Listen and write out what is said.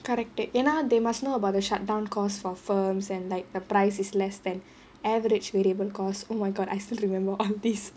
corrected ya lah they must know about the shut down cost for firms and like the price is less than average variable cost oh my god I still remember all these